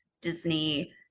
Disney